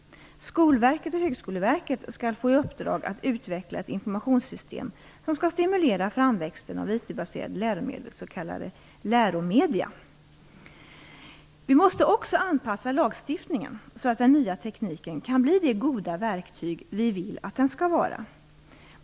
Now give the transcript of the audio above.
Skolverket och Högskoleverket skall få i uppdrag att utveckla ett informationssystem som skall stimulera framväxten av IT-baserade läromedel, s.k. läromedier. Vi måste också anpassa lagstiftningen så att den nya tekniken kan bli det goda verktyg vi vill att den skall vara.